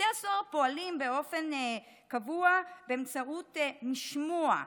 בתי הסוהר פועלים באופן קבוע באמצעות משמוע,